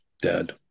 dead